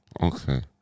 Okay